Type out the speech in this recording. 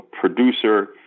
producer